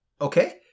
Okay